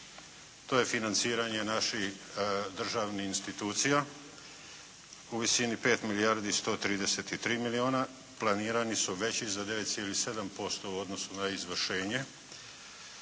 To je financiranje naših državnih institucija u visini 5 milijardi 133 milijuna. Planirani su veći za 9,7% u odnosu na izvršenje.